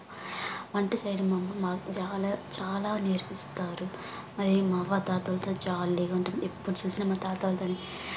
వంట చేయడం మా అమ్మ మాకు జాలా చాలా నేర్పిస్తారు మరి మా అవ్వ తాతలతో జాలీగా ఉంటం ఎప్పుడు చూసినా మా తతవాళ్లతోని